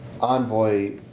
envoy